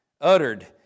Uttered